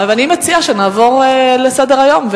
אני מציעה שנעבור לסדר-היום,